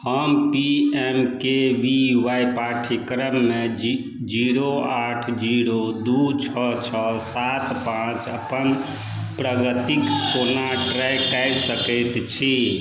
हम P M K V Y पाठ्यक्रममे G zero आठ जीरो दुइ छओ छओ सात पाँच अपन प्रगतिके कोना ट्रैक कै सकै छी